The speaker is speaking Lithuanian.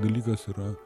dalykas yra